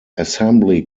assembly